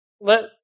Let